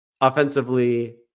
offensively